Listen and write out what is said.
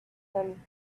him